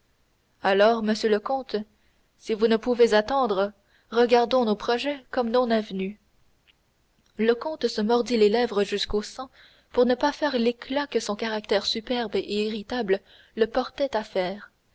alors monsieur le comte si vous ne pouvez attendre regardons nos projets comme non avenus le comte se mordit les lèvres jusqu'au sang pour ne pas faire l'éclat que son caractère superbe et irritable le portait à faire